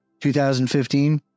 2015